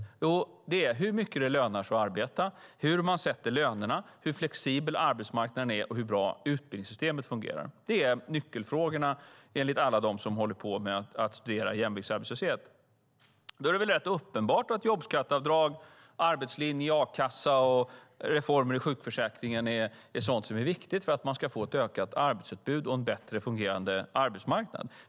Jo, det är hur mycket det lönar sig att arbeta, hur man sätter lönerna, hur flexibel arbetsmarknaden är och hur bra utbildningssystemet fungerar. Det är nyckelfrågorna enligt alla dem som studerar jämviktsarbetslöshet. Då är det rätt uppenbart att jobbskatteavdrag, arbetslinje, a-kassa och reformer i sjukförsäkringen är viktigt för att man ska få ett ökat arbetsutbud och en bättre fungerande arbetsmarknad.